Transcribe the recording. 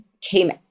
came